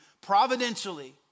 providentially